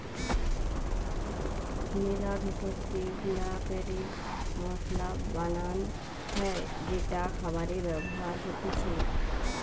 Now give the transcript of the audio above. মেলা ভেষজকে গুঁড়া ক্যরে মসলা বানান হ্যয় যেটা খাবারে ব্যবহার হতিছে